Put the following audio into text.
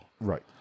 right